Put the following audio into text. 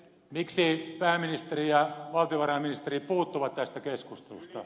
miksi pääministeri ja valtiovarainministeri puuttuvat tästä keskustelusta